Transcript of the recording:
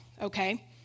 okay